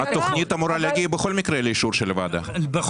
התוכנית אמורה להגיע בכל מקרה לאישור של הוועדה לפי החוק.